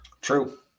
True